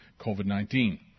COVID-19